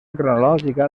cronològica